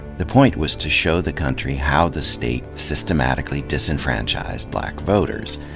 the point was to show the country how the state systematically disenfranchised black voters.